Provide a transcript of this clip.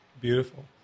Beautiful